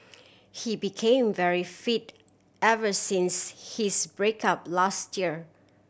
he became very fit ever since his break up last year